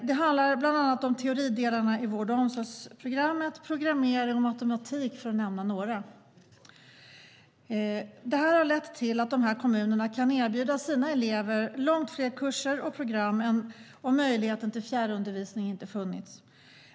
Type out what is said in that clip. Det handlar bland annat om teoridelarna i vård och omsorgsprogrammet, programmering och matematik, för att nämna några. Det har lett till att dessa kommuner kan erbjuda sina elever långt fler kurser och program än om möjligheten till fjärrundervisning inte hade funnits.